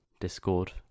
Discord